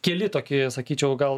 keli tokie sakyčiau gal